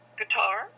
guitar